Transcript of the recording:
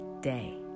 day